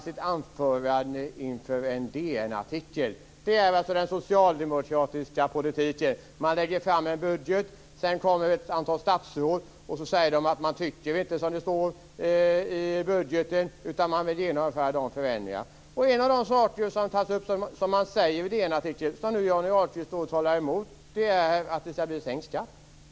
Detta är alltså den socialdemokratiska politiken! Man lägger fram en budget, och sedan kommer ett antal statsråd och säger att man inte tycker som det står i budgeten utan att man vill genomföra förändringar. En av de saker som man säger i DN-artikeln, och som Johnny Ahlqvist nu talar emot, är att det skall bli sänkt skatt.